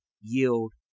yield